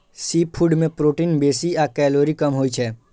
seafood मे protein बेसी आ कैलोरी कम होइ छै